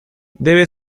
debe